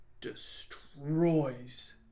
destroys